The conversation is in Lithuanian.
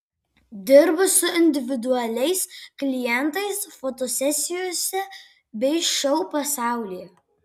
dirbu su individualiais klientais fotosesijose bei šou pasaulyje